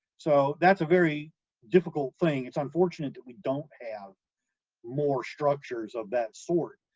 so that's a very difficult thing, it's unfortunate that we don't have more structures of that sort.